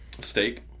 steak